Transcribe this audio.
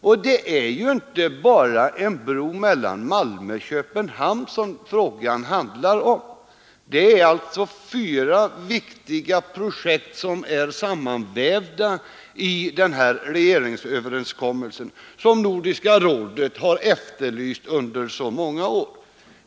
Och det är ju inte bara en bro mellan Malmö och Köpenhamn som frågan handlar om, utan fyra viktiga projekt — som Nordiska rådet har efterlyst under många år — är sammanvävda i regeringsöverenskommelsen.